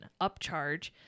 upcharge